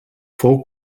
fou